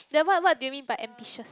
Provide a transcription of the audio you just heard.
then what what do you mean by ambitious